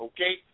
Okay